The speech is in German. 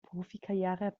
profikarriere